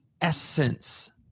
essence